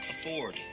afford